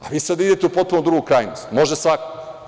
A vi sada idete u potpuno drugu krajnost - može svako.